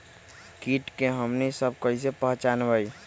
किट के हमनी सब कईसे पहचान बई?